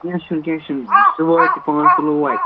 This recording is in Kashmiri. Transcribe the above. کینہہ چھُنہٕ کینہہ چھُنہٕ سُہ واتہِ پانژھ کِلوٗ واتہِ